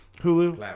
hulu